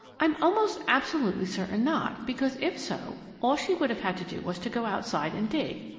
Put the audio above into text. i'm almost absolutely certain not, because, if so, all she would have had to do was to go outside and dig.